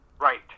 Right